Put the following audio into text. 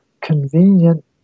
convenient